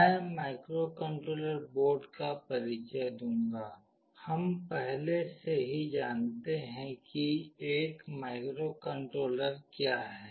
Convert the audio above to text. मैं microcontroller board का परिचय दूंगी हम पहले से ही जानते हैं कि एक माइक्रोकंट्रोलर क्या है